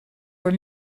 were